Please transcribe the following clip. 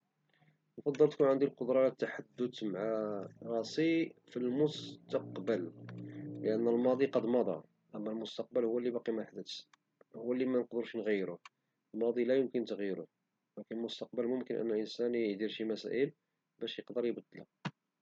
كنفضل تكون عندي القدرة على التحدث مع راسي في المستقبل لان الماضي قض مضى اما المستقبل هو اللي باقي محدثش هو اللي منقدروش نغيروه الماضي لا يمكن تغييره ولكن المستقبل ممكن ان الانسان ادير شي مسائل باش اقدر ابدلو